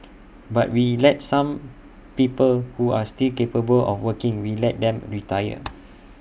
but we let some people who are still capable of working we let them retire